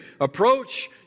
approach